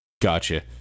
Gotcha